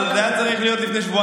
אבל זה היה צריך להיות שבועיים.